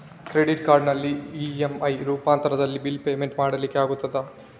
Credit ಕಾರ್ಡಿನಲ್ಲಿ EMI ರೂಪಾಂತರದಲ್ಲಿ bill payment ಮಾಡ್ಲಿಕ್ಕೆ ಆಗ್ತದ?